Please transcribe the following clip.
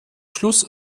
schluss